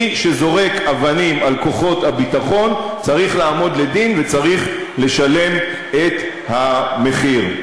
מי שזורק אבנים על כוחות הביטחון צריך לעמוד לדין וצריך לשלם את המחיר.